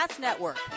network